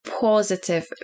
positive